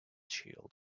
shield